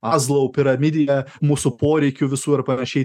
azlau piramidėje mūsų poreikių visų ar panašiai